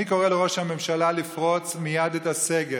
אני קורא לראש הממשלה לפרוץ מייד את הסגר.